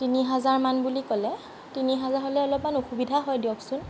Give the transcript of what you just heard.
তিনি হাজাৰমান বুলি ক'লে তিনি হাজাৰ হ'লে অলপমান অসুবিধা হয় দিয়কচোন